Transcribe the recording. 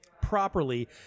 properly